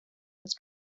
was